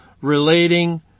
relating